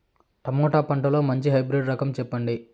Tomato పంటలో మంచి hybrid రకం చెప్పండి?